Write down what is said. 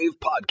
Podcast